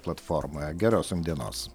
platformoje geros jum dienos